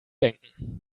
denken